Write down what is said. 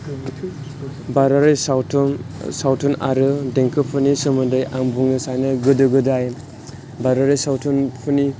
भारतारि सावथुन आरो देंखोफोरनि सोमोन्दै आं बुंनो सानो गोदो गोदाय भारतारि सावथुनफोरनि